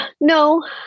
No